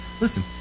Listen